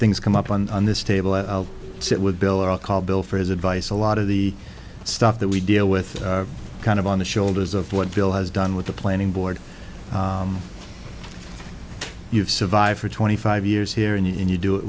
things come up on this table i'll sit with bill and i'll call bill for his advice a lot of the stuff that we deal with kind of on the shoulders of what bill has done with the planning board you've survived for twenty five years here and you do it